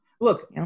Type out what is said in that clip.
Look